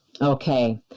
Okay